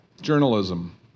Journalism